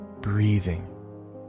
breathing